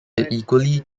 equally